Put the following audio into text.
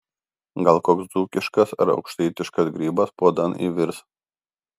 gal koks dzūkiškas ar aukštaitiškas grybas puodan įvirs